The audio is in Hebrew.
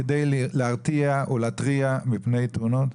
כדי להרתיע או להתריע מפני תאונות?